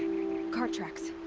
cart tracks!